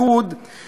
מנחם בגין.